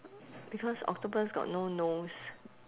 because octopus got no nose